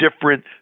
different